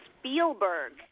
Spielberg